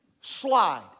slide